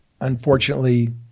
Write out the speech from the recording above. Unfortunately